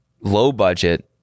low-budget